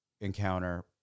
encounter